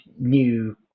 new